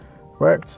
right